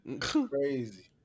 Crazy